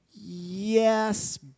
Yes